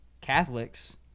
Catholics